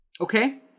okay